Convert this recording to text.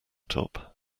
top